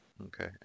Okay